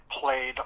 played